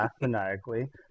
maniacally